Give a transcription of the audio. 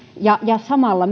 ja ja samalla